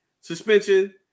suspension